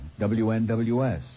WNWS